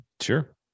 Sure